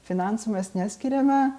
finansų mes neskiriame